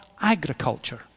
agriculture